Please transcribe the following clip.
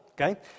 okay